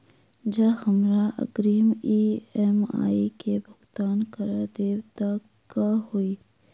जँ हमरा अग्रिम ई.एम.आई केँ भुगतान करऽ देब तऽ कऽ होइ?